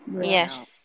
Yes